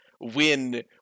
win